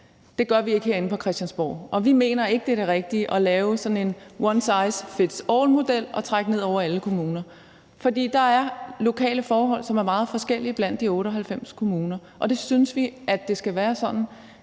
det gør vi ikke herinde på Christiansborg. Og vi mener ikke, at det rigtige er at lave sådan en one size fits all-model, som man trækker ned over alle kommuner, for der er lokale forhold, som er meget forskellige blandt de 98 kommuner, og vi synes, at det skal være sådan,